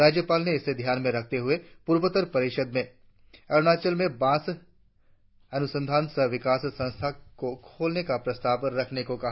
राज्यपाल ने इसे ध्यान में रखते हुए पूर्वोत्तर परिषद में अरुणाचल में बांस अनुसंधान सह विकास संस्थान को खोलने का प्रस्ताव रखने को कहा